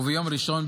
וביום ראשון,